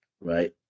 right